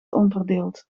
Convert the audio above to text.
onverdeeld